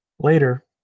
Later